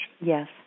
Yes